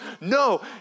No